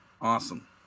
Awesome